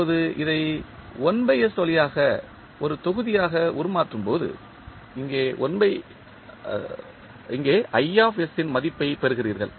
இப்போது இதை வழியாக ஒரு தொகுதியாக உருமாற்றும்போது இங்கே மதிப்பைப் பெறுகிறீர்கள்